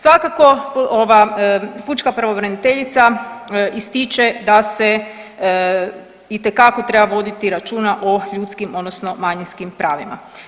Svakako ova pučka pravobraniteljica ističe da se itekako treba voditi računa o ljudskim odnosno manjinskim pravima.